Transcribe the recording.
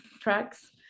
tracks